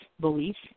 beliefs